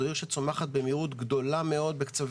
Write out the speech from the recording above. זאת עיר שצומחת במהירות גדולה מאוד בקצב